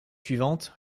suivante